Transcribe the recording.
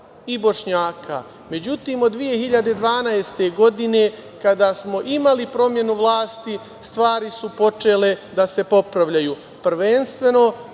i Bošnjaka. Međutim, od 2012. godine, kada smo imali promenu vlasti, stvari su počele da se popravljaju.